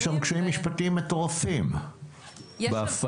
יש שם קשיים משפטיים מטורפים, בהפעלה.